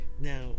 Now